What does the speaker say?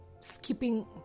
skipping